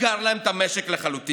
סגר להם את המשק לחלוטין.